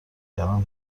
نگران